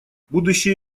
будущее